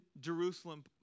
Jerusalem